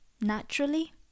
naturally